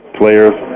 players